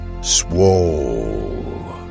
Swole